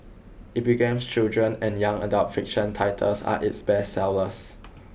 Epigram's children and young adult fiction titles are its bestsellers